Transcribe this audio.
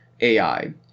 AI